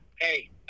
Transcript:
hey